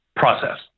process